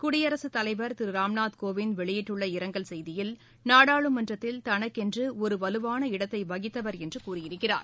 குடியரசுத் தலைவர் திருராம்நாத்கோவிந்த் வெளியிட்டுள்ள இரங்கல் செய்தியில் நாடாளுமன்றத்தில் தனக்கென்றுஒருவலுவான இடத்தைவகித்தவர் என்றுகூறியிருக்கிறார்